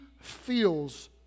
feels